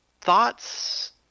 thoughts